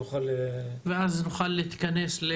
נוכל להתכנס.